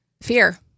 Fear